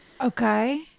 Okay